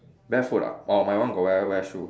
barefoot ah orh my one got wear wear shoe